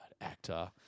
actor